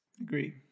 Agree